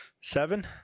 Seven